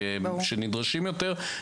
שנדרשים יותר,